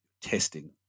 testing